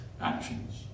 actions